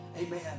Amen